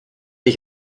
ich